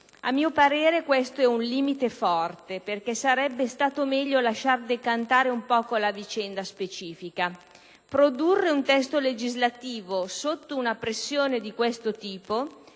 A mio parere questo è un limite forte, perché sarebbe stato meglio lasciar decantare un poco la vicenda specifica. Produrre un testo legislativo sotto una pressione di questo tipo